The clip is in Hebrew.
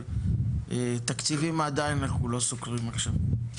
אבל תקציבים עדיין אנחנו לא סוקרים עכשיו.